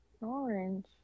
orange